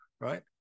right